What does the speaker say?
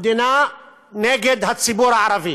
המדינה נגד הציבור הערבי,